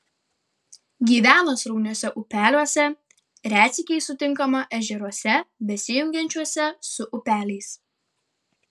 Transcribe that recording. gyvena srauniuose upeliuose retsykiais sutinkama ežeruose besijungiančiuose su upeliais